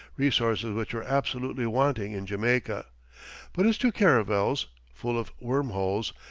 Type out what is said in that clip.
resources which were absolutely wanting in jamaica but his two caravels, full of worm-holes,